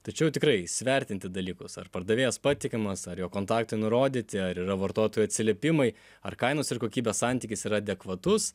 tačiau tikrai įsivertinti dalykus ar pardavėjas patikimas ar jo kontaktai nurodyti ar yra vartotojų atsiliepimai ar kainos ir kokybės santykis yra adekvatus